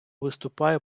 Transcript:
виступає